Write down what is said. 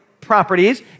properties